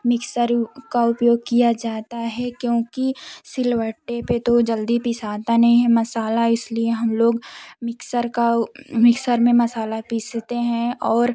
mixer उ का उपयोग किया जाता है क्योंकि शीलवट्टे पर तो जल्दी पीसाता नहीं है मसाला इसलिए हम लोग मिक्सर का मिक्सर में मसाला पीसते हैं और